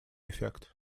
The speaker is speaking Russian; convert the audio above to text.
эффект